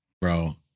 bro